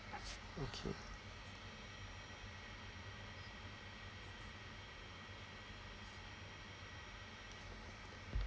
okay